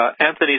Anthony